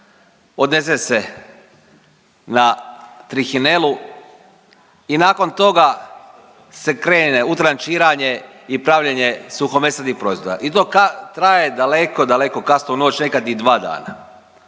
odnese se na trihinelu i nakon toga se krene u trančiranje i pravljenje suhomesnatih proizvoda. I do ka…, traje daleko, daleko kasno u noć, nekad i dva dana.